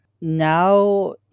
Now